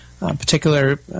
particular